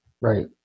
right